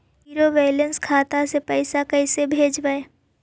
Zero balance खाता से पैसा कैसे भेजबइ?